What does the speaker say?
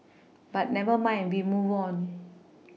but never mind we move on